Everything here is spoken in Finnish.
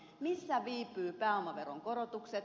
missä viipyvät pääomaveron korotukset